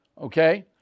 okay